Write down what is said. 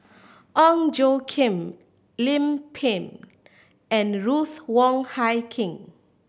Ong Tjoe Kim Lim Pin and Ruth Wong Hie King